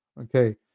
Okay